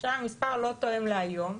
עכשיו המספר לא תואם להיום,